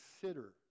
consider